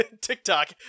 TikTok